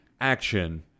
Action